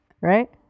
Right